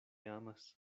amas